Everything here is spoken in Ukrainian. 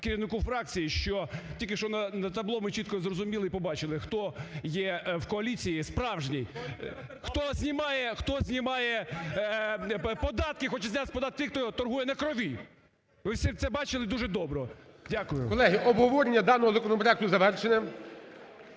керівнику фракції, що тільки що на табло ми чітко зрозуміли і побачили, хто є в коаліції справжній, хто знімає податки, хоче зняти податки з тих, хто торгує на крові. Ви всі це бачили дуже добре. Дякую. ГОЛОВУЮЧИЙ. Колеги, обговорення даного законопроекту завершене.